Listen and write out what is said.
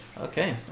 Okay